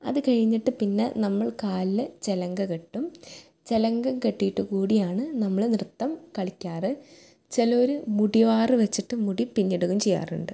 അത് കഴിഞ്ഞിട്ട് പിന്നെ നമ്മൾ കാളിൽ ചിലങ്ക കെട്ടും ചിലങ്ക കെട്ടീട്ട് കൂടിയാണ് നമ്മൾ നൃത്തം കളിക്കാറ് ചിലർ മുടിവാറ് വെച്ചിട്ടും മുടി പിന്നിയിട്കയും ചെയ്യാറുണ്ട്